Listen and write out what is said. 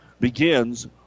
begins